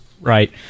Right